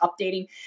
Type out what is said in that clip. updating